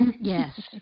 Yes